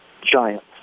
Giants